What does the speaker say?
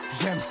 J'aime